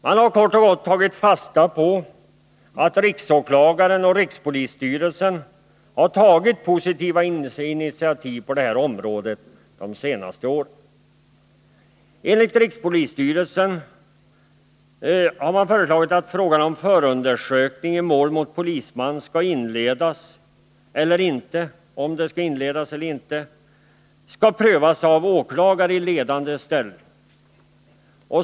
Man har kort och gott tagit fasta på att riksåklagaren och rikspolisstyrelsen har tagit positiva initiativ på det här området under de senaste åren. Enligt rikspolisstyrelsen har man föreslagit att frågan, huruvida förundersökning i mål mot polisman skall inledas eller inte, skall prövas av åklagare i ledande ställning.